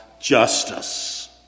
justice